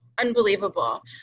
unbelievable